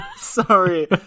Sorry